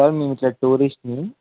sir మేము ఇట్లా టూరిస్ట్ని